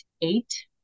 eight